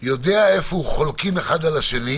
ברגע שהכרזנו על אזור מוגבל, אין סיכוי שנצליח,